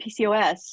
PCOS